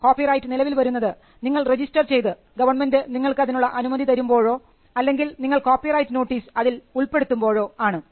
copyright നിലവിൽ വരുന്നത് നിങ്ങൾ രജിസ്റ്റർ ചെയ്തു ഗവൺമെൻറ് നിങ്ങൾക്ക് അതിനുള്ള അനുമതി തരുമ്പോഴോ അല്ലെങ്കിൽ നിങ്ങൾ കോപ്പിറൈറ്റ് നോട്ടീസ് അതിൽ ഉൾപ്പെടുത്തുമ്പോഴോ ആണ്